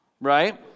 right